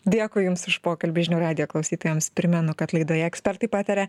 dėkui jums už pokalbį žinių radijo klausytojams primenu kad laidoje ekspertai pataria